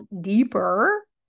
deeper